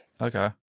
Okay